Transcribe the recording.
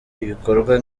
ibikorwa